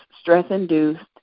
stress-induced